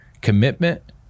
commitment